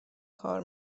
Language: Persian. کار